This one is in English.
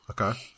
Okay